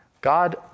God